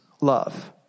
love